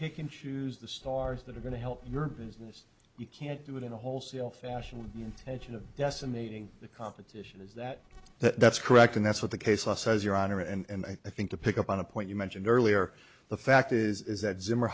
pick and choose the stars that are going to help your business you can't do it in a wholesale fashion you mention of decimating the competition is that that's correct and that's what the case law says your honor and i think to pick up on a point you mentioned earlier the fact is that zimmer